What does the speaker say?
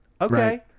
okay